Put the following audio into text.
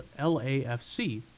LAFC